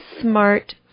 smart